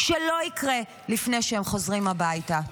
שלא יקרה לפני שהם חוזרים הביתה.